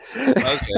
Okay